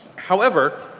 however,